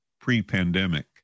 pre-pandemic